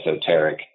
esoteric